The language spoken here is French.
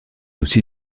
aussi